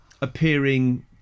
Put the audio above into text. appearing